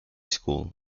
school